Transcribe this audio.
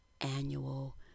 annual